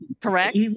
Correct